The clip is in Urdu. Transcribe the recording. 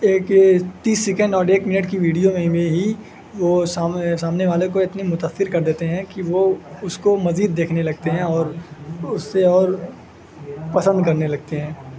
ایک تیس سیکنڈ اور ایک منٹ کی ویڈیو میں میں ہی وہ سامنے والے کو اتنے متاثر کر دیتے ہیں کہ وہ اس کو مزید دیکھنے لگتے ہیں اور اس سے اور پسند کرنے لگتے ہیں